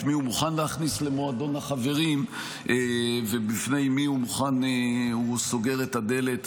את מי הוא מוכן להכניס למועדון החברים ובפני מי הוא סוגר את הדלת,